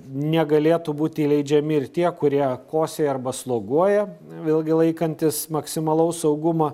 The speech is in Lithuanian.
negalėtų būti įleidžiami ir tie kurie kosėja arba sloguoja vėlgi laikantis maksimalaus saugumo